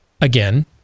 again